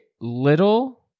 little